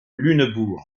lunebourg